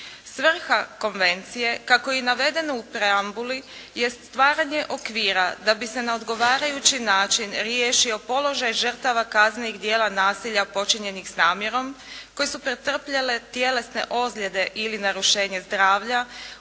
Svrha konvencije, kako je i navedeno u preambuli jest stvaranje okvira da bi se na odgovarajući način riješio položaj žrtava kaznenih dijela nasilja počinjenih s namjerom koje su pretrpjele tjelesne ozljede ili narušenje zdravlja,